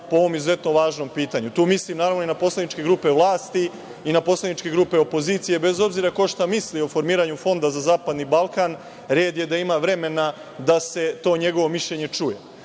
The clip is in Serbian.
po ovom izuzetno važnom pitanju. Tu mislim naravno, i na poslaničke grupe vlasti i na poslaničke grupe opozicije, bez obzira ko šta misli o formiranju fonda za zapadni Balkan, red je da ima vremena da se to njegovo mišljenje čuje. Zato